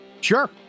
sure